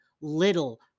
little